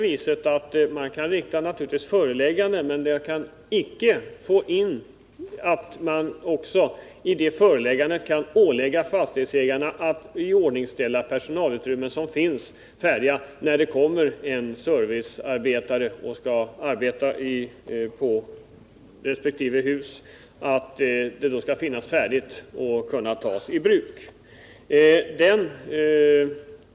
Visst kan man komma med förelägganden, men såvitt jag förstår kan man inte i dessa ålägga fastighetsägarna att iordningställa personalutrymmen som är färdiga att tas i bruk när man anlitar servicefolk för arbeten på fastigheterna.